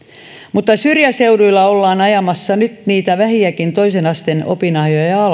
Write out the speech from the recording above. mutta syrjäseuduilla ollaan ajamassa nyt niitä vähiäkin toisen asteen opinahjoja alas